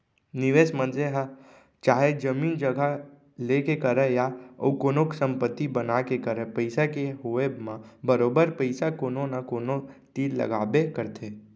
निवेस मनसे ह चाहे जमीन जघा लेके करय या अउ कोनो संपत्ति बना के करय पइसा के होवब म बरोबर पइसा कोनो न कोनो तीर लगाबे करथे